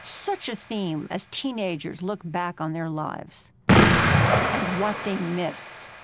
such a theme as teenagers look back on their lives and what they miss.